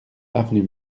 avenue